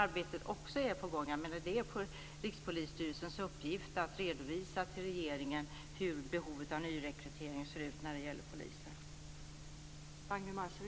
Det är Rikspolisstyrelsens uppgift att redovisa för regeringen hur behovet av nyrekrytering ser ut inom polisen.